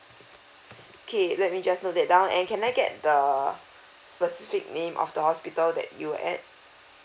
okay let me just note that down and can I get the specific name of the hospital that you're at